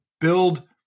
build